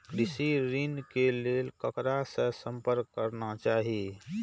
कृषि ऋण के लेल ककरा से संपर्क करना चाही?